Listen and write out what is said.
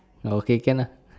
okay can lah